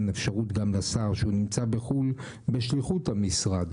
אפשרות גם לשר שהוא נמצא בחו"ל בשליחות המשרד,